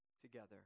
together